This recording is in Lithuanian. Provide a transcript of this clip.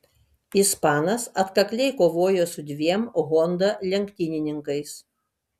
ispanas atkakliai kovojo su dviem honda lenktynininkais